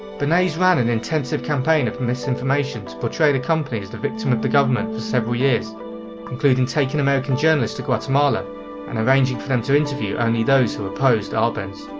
bernays ran an intensive campaign of misinformation to portray the company as the victim of the government for several years including taking american journalists to guatemala and arranging for them to interview only those who opposed arbenz.